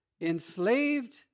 enslaved